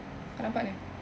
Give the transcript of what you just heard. kau nampak ni